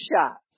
shots